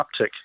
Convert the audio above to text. uptick